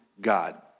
God